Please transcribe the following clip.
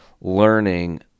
learning